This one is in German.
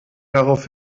darauf